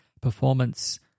performance